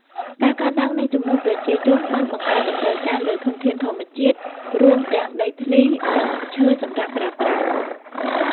ការកើនឡើងនៃចំនួនប្រជាជនបានបង្កើនតម្រូវការលើធនធានធម្មជាតិ រួមទាំងដីធ្លី និងឈើសម្រាប់ប្រើប្រាស់។